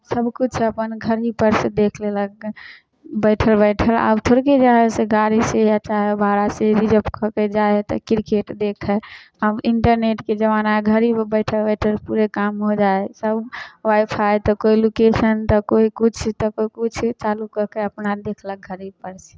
सभकिछु अपन घरहीपर सँ देख लेलक बैठल बैठल आब थोड़के गाड़ीसँ चाहे आ भाड़ासँ रिजप कऽ के जाइ हइ तऽ किरकेट देखय आब इन्टरनेटके जमाना हइ घरहीमे बैठल बैठल पूरे काम हो जाइ हइ सभ वाइफाइ तऽ कोइ लुकेशन तऽ कोइ किछु तऽ कोइ किछु चालू कऽ के अपना देखलक घरहीपर सँ